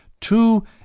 two